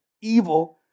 evil